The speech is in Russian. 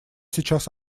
сейчас